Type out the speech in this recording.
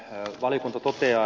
valiokunta toteaa